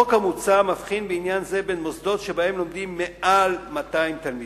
החוק המוצע מבחין בעניין זה בין מוסדות שבהם לומדים מעל 200 תלמידים,